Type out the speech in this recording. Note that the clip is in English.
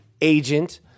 agent